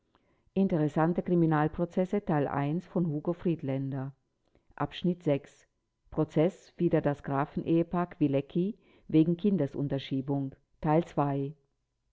zulässigen strafe von hugo friedländer prozeß wider das grafen ehepaar kwilecki wegen kindesunterschiebung